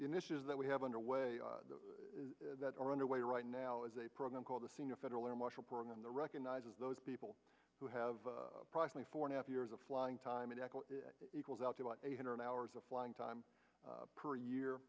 initiatives that we have underway that are underway right now is a program called the senior federal air marshal program the recognizes those people who have privately for half years of flying time and equals out to about eight hundred hours of flying time per year